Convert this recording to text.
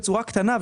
בצורה קטנה,